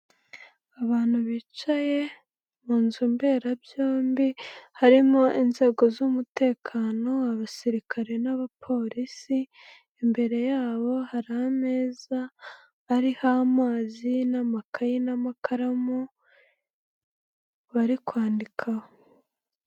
Abantu bicaye mu nzu mberabyombi, harimo inzego z'umutekano abasirikare n'abapolisi, imbere yabo hari ameza ariho amazi n'amakayi n'amakaramu bari kwandika.